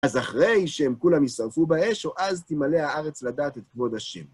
אז אחרי שהם כולם ישרפו באש, או אז תמלא הארץ לדעת את כבוד השם.